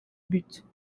buts